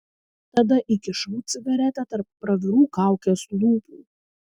tada įkišau cigaretę tarp pravirų kaukės lūpų